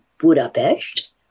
Budapest